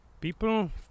people